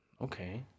Okay